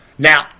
Now